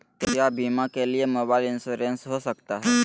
क्या बीमा के लिए मोबाइल इंश्योरेंस हो सकता है?